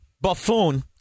buffoon